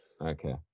Okay